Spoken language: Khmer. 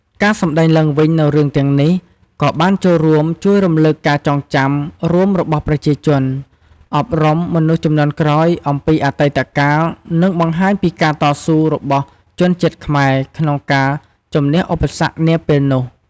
ការសម្តែងឡើងវិញនូវរឿងទាំងនេះក៏បានចូលរួមជួយរំលឹកការចងចាំរួមរបស់ប្រជាជន អប់រំមនុស្សជំនាន់ក្រោយអំពីអតីតកាល និងបង្ហាញពីការតស៊ូរបស់ជនជាតិខ្មែរក្នុងការជំនះឧបសគ្គនាពេលនោះ ។